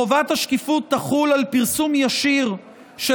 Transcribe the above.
חובת השקיפות תחול על פרסום ישיר של